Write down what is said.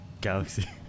Galaxy